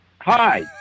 Hi